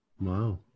Wow